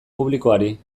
publikoari